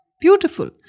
Beautiful